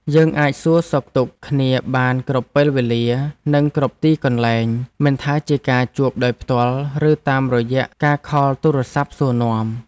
យើងអាចសួរសុខទុក្ខគ្នាបានគ្រប់ពេលវេលានិងគ្រប់ទីកន្លែងមិនថាជាការជួបដោយផ្ទាល់ឬតាមរយៈការខលទូរស័ព្ទសួរនាំ។